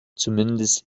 zumindest